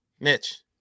Mitch